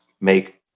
make